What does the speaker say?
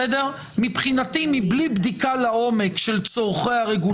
מבחינתי מבלי בדיקה לעומק של הצורך בה,